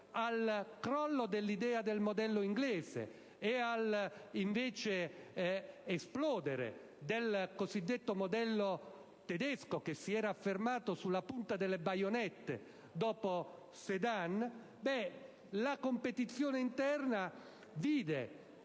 in campo politico-istituzionale e, invece, all'esplodere del cosiddetto modello tedesco che si era affermato sulla punta delle baionette dopo Sedan, la competizione interna vide